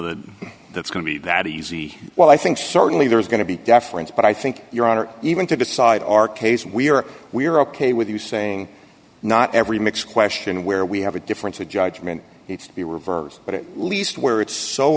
that that's going to be that easy well i think certainly there's going to be deference but i think your honor even to decide our case we are we're ok with you saying not every mix question where we have a difference a judgment needs to be reversed but it least where it's so